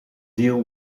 deal